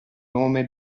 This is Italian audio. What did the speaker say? nome